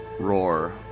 roar